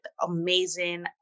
amazing